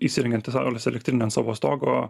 įsirengiantį saulės elektrinę ant savo stogo